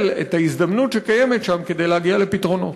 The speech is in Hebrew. את ההזדמנות שקיימת שם כדי להגיע לפתרונות.